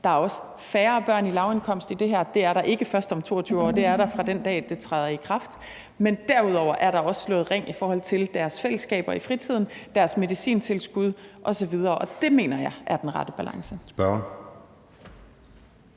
Der er også færre børn i lavindkomstgruppen i det her. Det er der ikke først om 22 år, men det er der fra den dag, det træder i kraft. Men derudover er der også slået ring i forhold til deres fællesskaber i fritiden, deres medicintilskud osv., og det mener jeg er den rette balance.